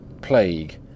Plague